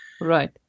Right